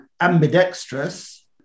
ambidextrous